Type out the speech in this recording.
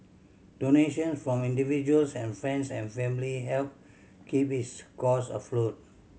donation from individuals and friends and family helped keep his cause afloat